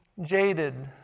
jaded